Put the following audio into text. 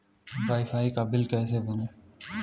Wi fi का bill कैसे भरें?